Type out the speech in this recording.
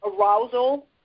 arousal